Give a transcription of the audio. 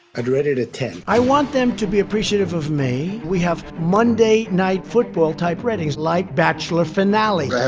i'd rate it at ten. i want them to be appreciative of me we have monday night football-type ratings like bachelor finale.